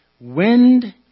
Wind